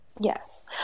Yes